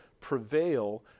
prevail